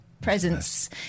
presence